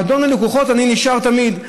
במועדון הלקוחות אני נשאר תמיד.